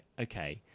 Okay